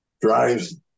drives